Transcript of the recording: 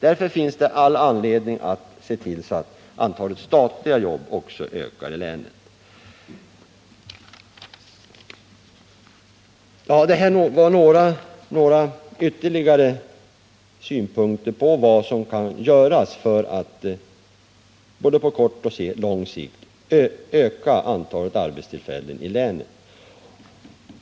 Därför är det all anledning att se till att antalet statliga jobb också ökar i länet. Det här var några ytterligare synpunkter på vad som kan göras för att på både kort och lång sikt öka antalet arbetstillfällen i länet.